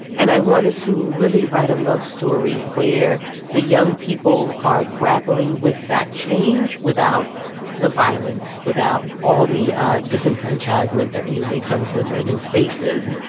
and i wanted to really write a love story where the young people are grappling with that change without the violence, without all the disenfranchisement that usually comes with urban spaces